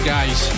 guys